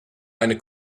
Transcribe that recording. eine